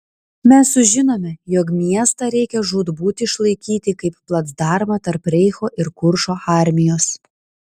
mes sužinome jog miestą reikia žūtbūt išlaikyti kaip placdarmą tarp reicho ir kuršo armijos